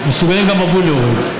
מסוגלים גם מבול להוריד.